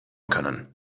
können